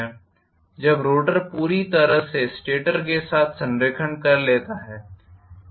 जब रोटर पूरी तरह से स्टेटर के साथ संरेखन कर लेता है